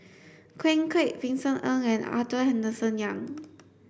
Ken Kwek Vincent Ng and Arthur Henderson Young